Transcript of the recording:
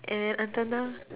and then until now